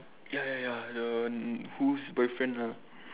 ya ya ya the whose boyfriend lah